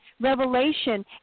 revelation